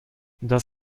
das